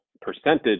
percentage